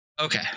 okay